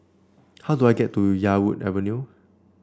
how do I get to Yarwood Avenue